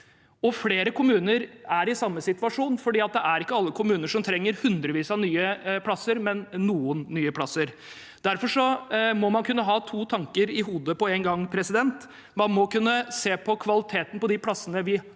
Flere kommuner er i samme situasjon, for det er ikke alle kommuner som trenger hundrevis av nye plasser, men bare noen nye plasser. Derfor må man kunne ha to tanker i hodet på én gang. Man må kunne se på kvaliteten på de plassene vi har